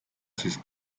siis